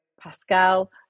Pascal